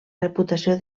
reputació